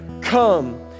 come